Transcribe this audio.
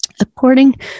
According